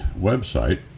website